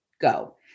go